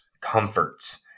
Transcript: comforts